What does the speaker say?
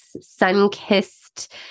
sun-kissed